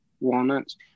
walnuts